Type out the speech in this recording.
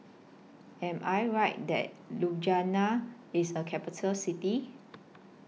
Am I Right that Ljubljana IS A Capital City